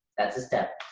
that's a step.